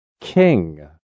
King